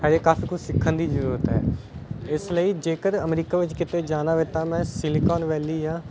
ਹਾਲੇ ਕਾਫੀ ਕੁਝ ਸਿੱਖਣ ਦੀ ਜ਼ਰੂਰਤ ਹੈ ਇਸ ਲਈ ਜੇਕਰ ਅਮਰੀਕਾ ਵਿੱਚ ਕਿਤੇ ਜਾਣਾ ਹੋਵੇ ਤਾਂ ਮੈਂ ਸਿਲਕੋਨ ਵੈਲੀ ਜਾਂ